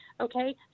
Okay